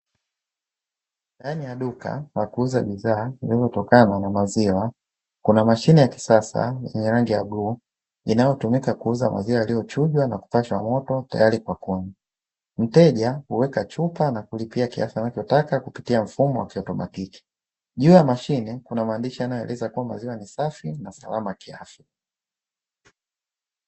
Ndani ya duka la kuuza bidhaa zinazotokana na maziwa, kuna mashine ya kisasa yenye rangi ya buluu, inayotumika kuuza maziwa yaliyochujwa, na kupashwa moto tayari kwa kunywa. Mteja huweka chupa na kulipia kiasi anachotaka kupitia mfumo wa kiautomatiki. Juu ya mashine kuna maandishi yanayoeleza kuwa maziwa ni safi na salama kiafya.